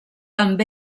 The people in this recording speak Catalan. amb